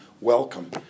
welcome